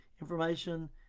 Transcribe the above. information